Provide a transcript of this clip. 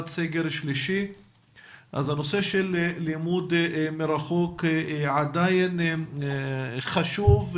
סגר שלישי אז הנושא של לימוד מרחוק עדיין חשוב,